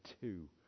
two